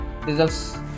results